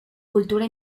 cultura